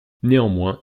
néanmoins